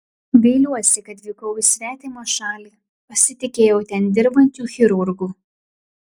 gailiuosi kad vykau į svetimą šalį pasitikėjau ten dirbančiu chirurgu